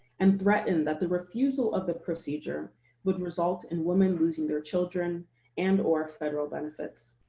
and threatened that the refusal of the procedure would result in women losing their children and, or federal benefits.